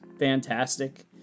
fantastic